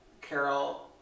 Carol